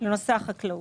בנושא החקלאות.